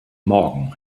morgen